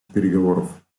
переговоров